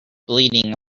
bleeding